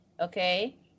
okay